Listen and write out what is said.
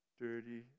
Dirty